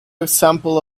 example